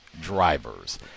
drivers